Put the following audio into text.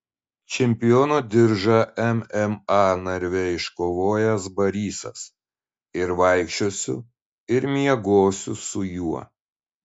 čempiono diržą mma narve iškovojęs barysas ir vaikščiosiu ir miegosiu su juo